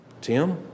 Tim